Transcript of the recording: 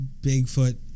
Bigfoot